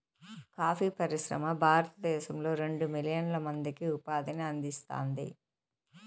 coffee పరిశ్రమ భారతదేశంలో రెండు మిలియన్ల మందికి ఉపాధిని అందిస్తాంది